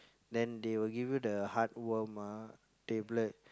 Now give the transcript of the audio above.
then they will give you the heartworm ah tablet